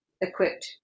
equipped